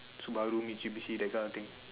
Subaru Mitsubishi that kind of thing